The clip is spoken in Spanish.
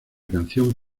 canción